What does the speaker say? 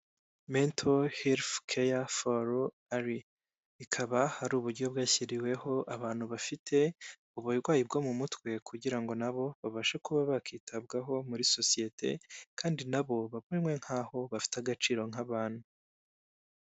Mento helifu kare foru ari, ikaba hari uburyo bwashyiriweho abantu bafite uburwayi bwo mu mutwe kugira ngo nabo babashe kuba bakitabwaho muri sosiyete, kandi nabo bamenywe nkaho bafite agaciro nk'abandi.